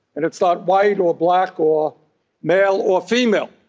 and it's not white or black or male or female.